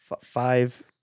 five